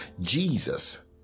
Jesus